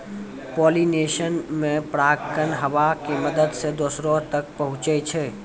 pollination मे परागकण हवा के मदत से दोसरो तक पहुचै छै